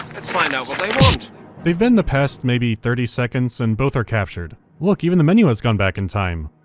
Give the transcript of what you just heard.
let's find out what they want they've been to past maybe thirty seconds, and both are captured. look, even the menu has gone back in time!